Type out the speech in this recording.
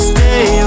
Stay